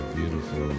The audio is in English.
beautiful